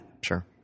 Sure